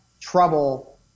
trouble